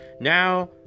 Now